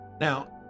Now